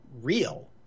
real